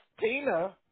Tina